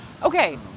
Okay